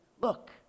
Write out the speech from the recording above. Look